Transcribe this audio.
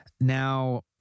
Now